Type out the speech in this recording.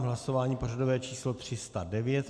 Hlasování pořadové číslo 309.